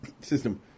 system